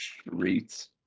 streets